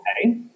okay